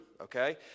Okay